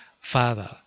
Father